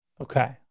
Okay